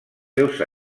seus